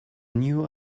new